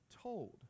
told